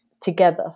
together